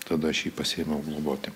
tada aš jį pasiėmiau globoti